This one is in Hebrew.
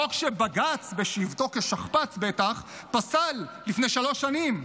חוק שבג"ץ, בשבתו כשכפ"ץ בטח, פסל לפני שלוש שנים.